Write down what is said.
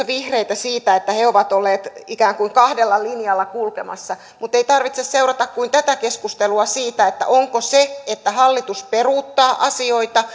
vihreitä siitä että he ovat olleet ikään kuin kahdella linjalla kulkemassa mutta ei tarvitse kuin seurata tätä keskustelua onko se että hallitus peruuttaa asioita